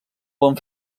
bon